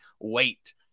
wait